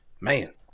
Man